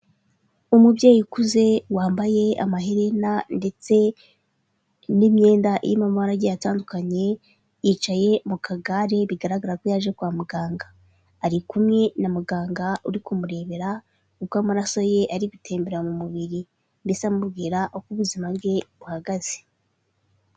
Umubyeyi ukuze wambaye amaherena ndetse n'imyenda irimo amabara agiye atandukanye yicaye mu kagare bigaragara ko yaje kwa muganga, ari kumwe na muganga uri kumurebera uko amaraso ye ari gutembera mu mubiri ndetse amubwira uko ubuzima bwe buhagaze.